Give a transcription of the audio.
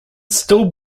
still